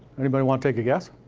anybody wanna take a guess?